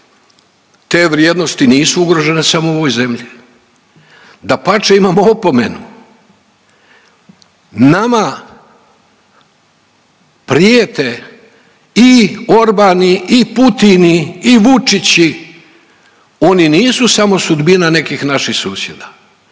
Te vrijednosti nisu ugrožene samo u ovoj zemlji. Dapače imamo opomenu nama prijete i Orbani i Putini i Vučići. Oni nisu samo sudbina nekih naših susjeda,